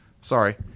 sorry